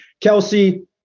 Kelsey